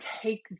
take